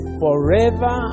forever